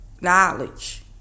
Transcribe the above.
knowledge